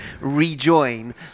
rejoin